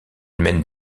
mène